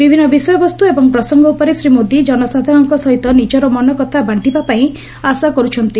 ବିଭିନ୍ ବିଷୟବସ୍ତ ଏବଂ ପ୍ରସଙ୍ଙ ଉପରେ ଶ୍ରୀ ମୋଦି ଜନସାଧାରଣଙ୍ ସହିତ ନିଜର ମନକଥା ବାଣ୍ଣିବାପାଇଁ ଆଶା କରୁଛନ୍ତି